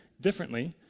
differently